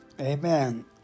Amen